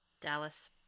dallas